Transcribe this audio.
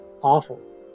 awful